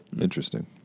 interesting